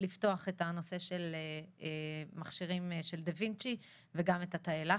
לפתוח את הנושא של מכשירי דה וינצ’י ואת תאי הלחץ.